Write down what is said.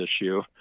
issue